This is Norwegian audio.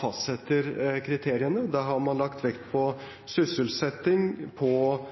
fastsetter kriteriene. Da har man lagt vekt på sysselsetting, på